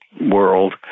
world